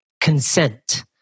consent